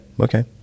okay